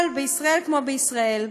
אבל בישראל כמו בישראל,